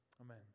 Amen